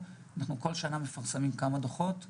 כולל עובדים אצלכם בהסתדרות.